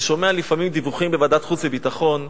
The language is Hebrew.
אני שומע לפעמים דיווחים בוועדת חוץ וביטחון,